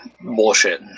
bullshit